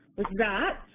with that,